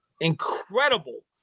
incredible